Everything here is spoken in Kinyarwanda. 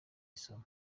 isomo